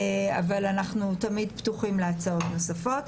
אבל אנחנו תמיד פתוחים להצעות נוספות.